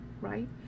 right